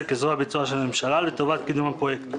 כזרוע ביצוע של הממשלה לטובת קידום הפרויקט.